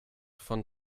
von